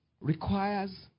requires